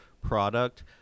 product